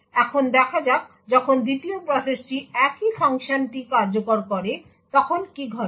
এখন দেখা যাক যখন 2য় প্রসেসটি একই ফাংশনটি কার্যকর করে তখন কী ঘটে